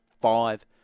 five